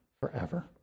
forever